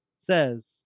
says